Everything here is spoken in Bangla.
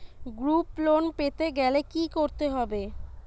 গ্রুপ লোন পেতে গেলে কি করতে হবে?